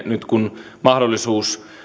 nyt kun mahdollisuus